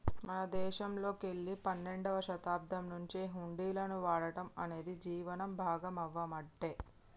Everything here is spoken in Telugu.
మన దేశంలోకెల్లి పన్నెండవ శతాబ్దం నుంచే హుండీలను వాడటం అనేది జీవనం భాగామవ్వబట్టే